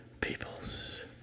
peoples